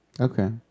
Okay